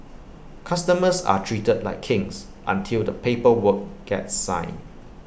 customers are treated like kings until the paper work gets signed